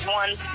one